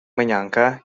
menyangka